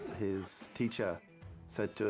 his teacher said to